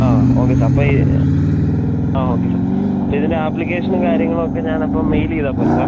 ആ okay sir അപ്പോൾ ഈ ആ ഓക്കെ സാർ അപ്പോൾ ഇതിൻ്റെ ആപ്ലിക്കേഷനും കാര്യങ്ങളും ഒക്കെ ഞാൻ അപ്പോൾ മെയില് ചെയ്താൽ പോരെ സാർ